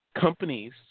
companies